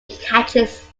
catches